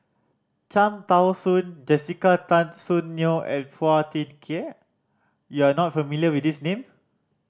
Cham Tao Soon Jessica Tan Soon Neo and Phua Thin Kiay you are not familiar with these name